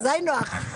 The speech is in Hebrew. זה היינו הך.